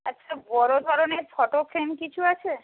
আচ্ছা বড় ধরনের ফটো ফ্রেম কিছু আছে